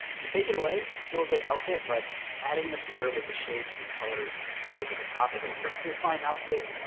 if you take it away, still a good outfit, but adding the sweater with the shapes and the colors over the top of a perfectly fine outfit,